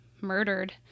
murdered